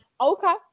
Okay